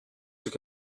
took